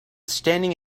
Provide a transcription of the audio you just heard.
standing